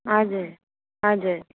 हजुर हजुर